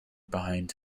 behind